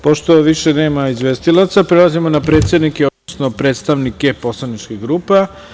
Pošto više nema izvestilaca, prelazimo na predsednike, odnosno predstavnike poslaničkih grupa.